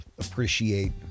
appreciate